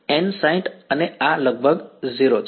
N 60 અને આ લગભગ 0 છે